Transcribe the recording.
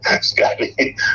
scotty